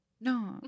no